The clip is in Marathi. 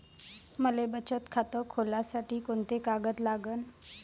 मले बचत खातं खोलासाठी कोंते कागद लागन?